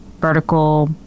vertical